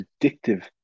addictive